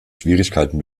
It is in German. schwierigkeiten